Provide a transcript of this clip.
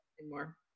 anymore